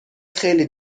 خیلی